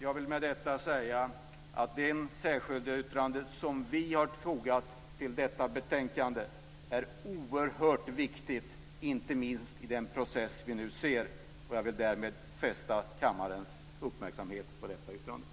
Jag vill med detta säga att det särskilda yttrande som vi har i detta betänkande är oerhört viktigt, inte minst i den process som vi nu ser. Jag vill därmed fästa kammarens uppmärksamhet på detta yttrande.